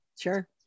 Sure